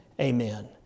Amen